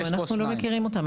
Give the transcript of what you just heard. אנחנו לא מכירים אותם,